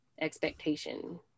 expectation